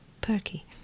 perky